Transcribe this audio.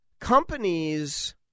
companies